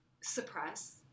suppress